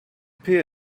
peer